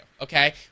Okay